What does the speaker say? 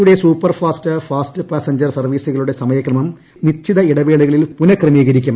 യുടെ super fast fast passenger സർവ്വീസുകളുടെ സമയക്രമിൽ നിശ്ചിത ഇടവേളകളിൽ പുനക്രമീക രിക്കും